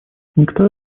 никто